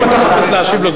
אם אתה חפץ להשיב לו,